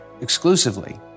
exclusively